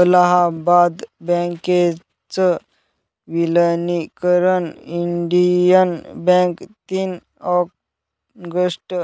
अलाहाबाद बँकेच विलनीकरण Indian bank तीन ऑगस्ट